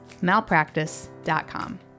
Malpractice.com